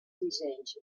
dissenys